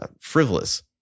frivolous